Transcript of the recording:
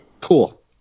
cool